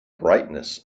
brightness